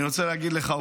אני רוצה להגיד לך,